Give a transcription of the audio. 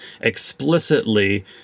explicitly